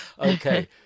Okay